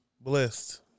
Blessed